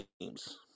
teams